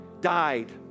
died